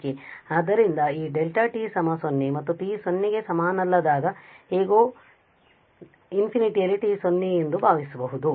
ಆದ್ದರಿಂದ ಈ δ 0 ಮತ್ತು t 0 ಗೆ ಸಮನಲ್ಲದಾಗ ಹೇಗೋ ∞ ಯಲ್ಲಿ t0 ಎಂದು ಭಾವಿಸಬಹುದು